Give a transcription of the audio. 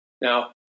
Now